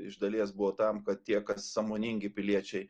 iš dalies buvo tam kad tie kas sąmoningi piliečiai